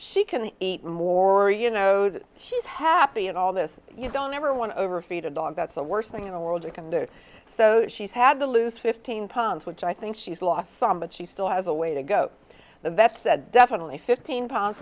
she can eat more you know that she's happy and all this you don't ever want to overfeed a dog that's the worst thing in the world you can do so she's had to lose fifteen pounds which i think she's lost some but she still has a way to go that said definitely fifteen pounds